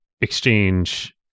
exchange